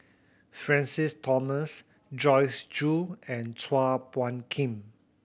Francis Thomas Joyce Jue and Chua Phung Kim